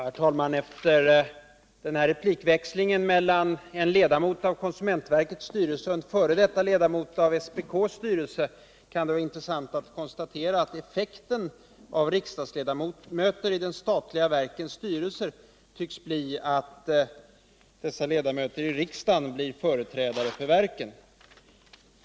Herr talman! Efter denna replik växling mellan en ledamot av konsumentverkets styrelse och en f. d. ledamot av SPK:s styrelse kan det vara intressant att konstatera att effekten av att riksdagsledamörter sitter i de statliga verkens styrelser tycks bli att dessa ledamöter i riksdagen blir företrädare för verken.